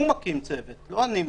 הוא מקים צוות לא אני.